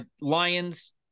Lions